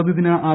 പ്രതിദിന ്ആർ